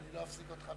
אני לא אפסיק אותך.